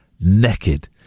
Naked